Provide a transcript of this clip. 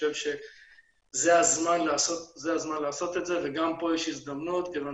חושב שזה הזמן לעשות את זה וגם פה יש הזדמנות כיוון